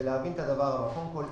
צריך להבין את הדבר הבא: קודם כול,